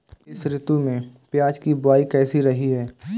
इस ऋतु में प्याज की बुआई कैसी रही है?